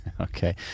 Okay